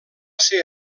ser